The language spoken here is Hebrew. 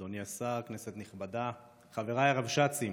אדוני השר, כנסת נכבדה, חבריי הרבש"צים